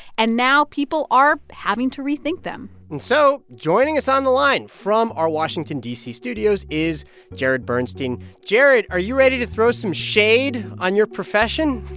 and now people are having to rethink them and so joining us on the line from our washington, d c, studios is jared bernstein. jared, are you ready to throw some shade on your profession?